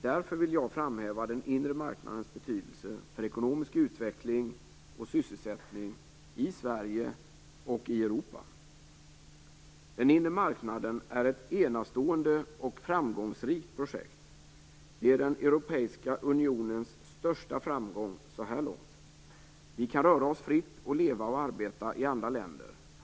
Därför vill jag framhäva den inre marknadens betydelse för ekonomisk utveckling och sysselsättning i Sverige och i Europa. Den inre marknaden är ett enastående och framgångsrikt projekt. Det är den europeiska unionens största framgång så här långt. Vi kan röra oss fritt och leva och arbeta i andra länder.